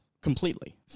completely